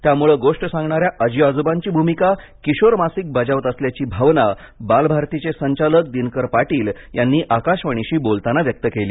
त्यामुळे गोष्ट सांगणाऱ्या आजी आजोबांची भूमिका किशोर मासिक बजावत असल्याची भावना बालभारतीचे संचालक दिनकर पाटील यांनी आकाशवाणीशी बोलताना व्यक्त केली